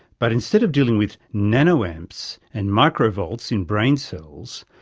but instead of dealing with nano amps and micro volts in brain cells,